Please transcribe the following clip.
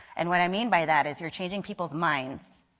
and what i mean by that is you are changing people's minds.